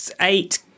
eight